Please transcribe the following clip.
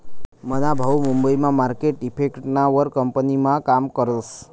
मना भाऊ मुंबई मा मार्केट इफेक्टना वर कंपनीमा काम करस